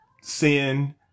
sin